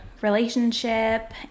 relationship